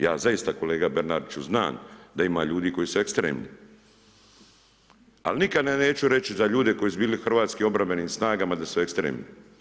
Ja zaista, kolega Bernardiću, znam, da ima ljudi koji su ekstremni, ali nikada neću reći za ljude koji su bili u Hrvatskim obrambenmim snagama da su ekstremni.